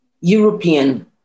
European